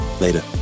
later